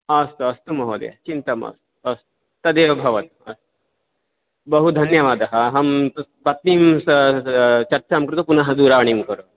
अस्तु अस्तु महोदय चिन्ता मास्तु अस्तु तदेव भवतु अस्तु बहु धन्यवादः अहं पत्नीं चर्चां कृत्वा पुनः दूरवाणीं करोमि